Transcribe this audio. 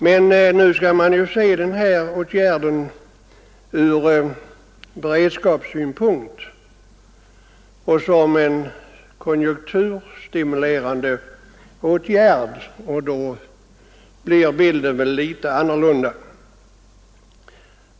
Man skall emellertid se den här åtgärden ur beredskapssynpunkt och som en konjunkturstimulerande insats; då blir bilden litet annorlunda.